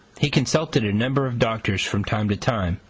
he consulted a number of doctors from time to time,